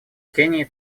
кении